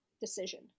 decision